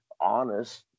honest